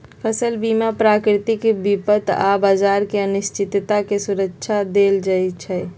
फसल बीमा प्राकृतिक विपत आऽ बाजार के अनिश्चितता से सुरक्षा देँइ छइ